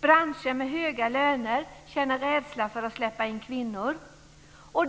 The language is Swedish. Branscher med höga löner känner rädsla för att släppa in kvinnor.